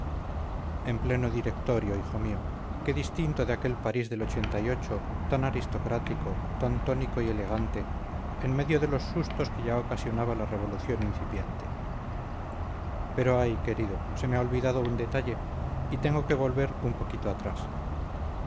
en pleno directorio hijo mío qué distinto de aquel parís del tan aristocrático tan tónico y elegante en medio de los sustos que ya ocasionaba la revolución incipiente pero ay querido se me ha olvidado un detalle y tengo que volver un poquito atrás